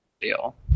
deal